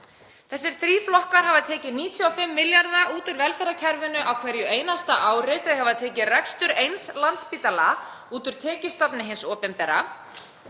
Þessir þrír flokkar hafa tekið 95 milljarða út úr velferðarkerfinu á hverju einasta ári. Þau hafa tekið rekstur eins Landspítala út úr tekjustofnum hins opinbera.